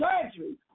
surgery